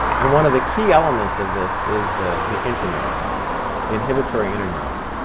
and one of the key elements of this is the the interneuron the inhibitory interneuron.